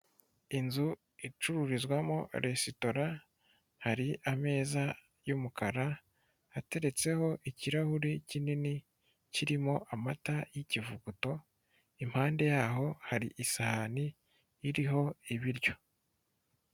Inzu icururizwamo resitora hari ameza y'umukara ateretseho ikirahuri kinini kirimo amata y'ikivuguto, impande yaho hari isahani iriho ibiryo.